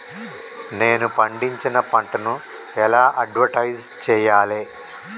నేను పండించిన పంటను ఎలా అడ్వటైస్ చెయ్యాలే?